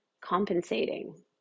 compensating